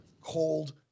cold